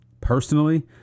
Personally